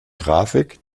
grafik